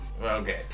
Okay